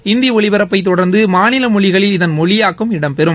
ஹிந்தி ஒலிபரப்பை தொடர்ந்து மாநில மொழிகளில் இதன் மொழியாக்கம் இடம்பெறும்